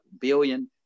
billion